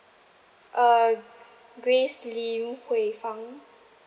uh grace lim hui fang